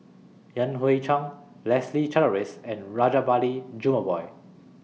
Yan Hui Chang Leslie Charteris and Rajabali Jumabhoy